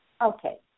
Okay